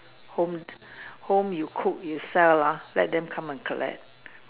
home home you cook you sell ah let them come and collect